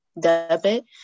debit